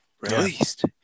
Released